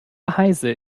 heise